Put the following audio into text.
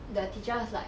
the teacher's like